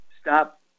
Stop